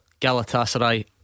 Galatasaray